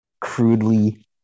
crudely